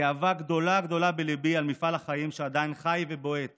גאווה גדולה גדולה בליבי על מפעל החיים שעדיין חי ובועט